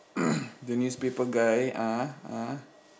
the newspaper guy ah ah